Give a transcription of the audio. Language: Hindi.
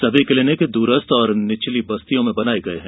सभी क्लीनिक दूरस्थ और निचली बस्तियों में बनाए गए हैं